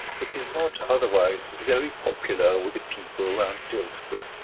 but is not otherwise very popular with the people round dillsborough.